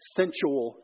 sensual